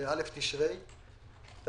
ב-א' תשרי תשפ"ב.